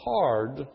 hard